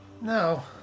No